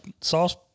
Sauce